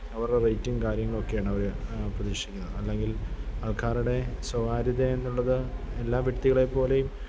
അവരുടെ റേറ്റും കാര്യങ്ങളൊക്കെയാണവർ പ്രതീക്ഷിക്കുന്നത് അല്ലെങ്കില് ആള്ക്കാരുടെ സ്വകാര്യതയെന്നുള്ളത് എല്ലാ വ്യക്തികളെപ്പോലെയും